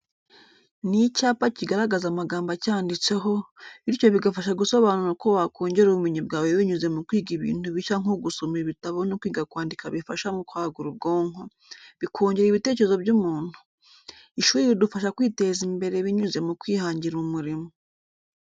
Ni icyapa kigaragaza amagambo acyanditseho, bityo bigafasha gusobanura uko wakongera ubumenyi bwawe binyuze mu kwiga ibintu bishya nko gusoma ibitabo no kwiga kwandika bifasha mu kwagura ubwonko, bikongera ibitekerezo by'umuntu. Ishuri ridufasha kwiteza imbere binyuze mu kwihangira umurimo.